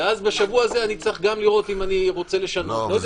ובשבוע הזה אני צריך גם לראות אם אני רוצה לשנות --- לא.